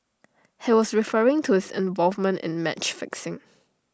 he was referring to his involvement in match fixing